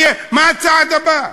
מה הצעד הבא?